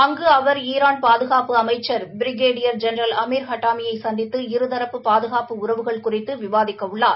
அங்கு அவர் ஈரான் பாதகாப்பு அமைச்சர் பிரிகேடியர் ஜெனரல் அமிர் ஹட்டாமியை சந்தித்து இருதாப்பு பாதுகாப்பு உறவுகள் குறித்து விவாதிக்க உள்ளார்